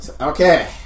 Okay